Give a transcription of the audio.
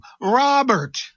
Robert